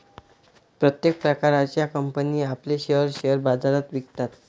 प्रत्येक प्रकारच्या कंपनी आपले शेअर्स शेअर बाजारात विकतात